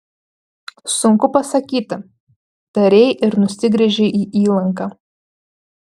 sunku pasakyti tarei ir nusigręžei į įlanką